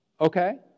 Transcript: Okay